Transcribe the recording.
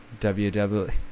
ww